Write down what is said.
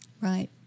Right